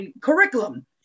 curriculum